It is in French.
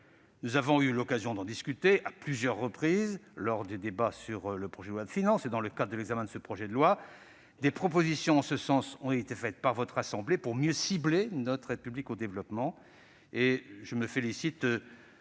Nous avons eu l'occasion d'en discuter à plusieurs reprises lors des débats sur les projets de loi de finances successifs et dans le cadre de l'examen de ce projet de loi. Des propositions en ce sens ont été faites par votre assemblée pour mieux cibler notre aide publique au développement.